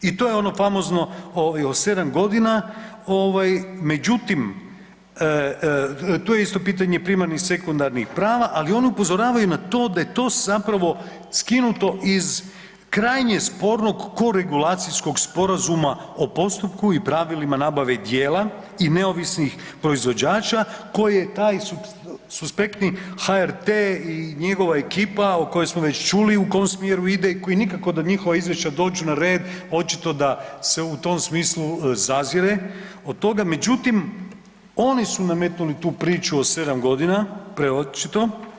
I to ono famozno o 7 godina ovaj, međutim tu je isto pitanje primarnih i sekundarnih prava, ali oni upozoravaju na to da je to zapravo skinuto iz krajnje spornog koregulacijskog sporazuma o postupku i pravilima nabavke djela i neovisnih proizvođača koje je taj suspektni HRT i njegova ekipa o kojoj smo već čuli u kom smjeru ide i koji nikako da njihova izvješća dođu na red očito da se u tom smislu zazire od toga, međutim oni su nametnuli tu priču o 7 godina, preočito.